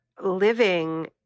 living